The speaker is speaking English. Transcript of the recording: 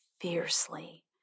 fiercely